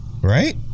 Right